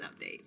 update